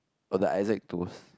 for the Isaac-Toast